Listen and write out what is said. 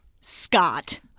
Scott